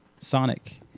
sonic